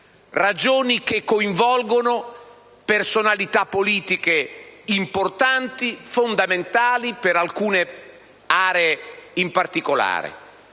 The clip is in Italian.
ragioni, che coinvolgono personalità politiche importanti e fondamentali per alcune aree in particolare;